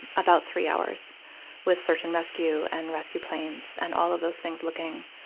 about three hours with search and rescue and rescue planes. and all of those things looking,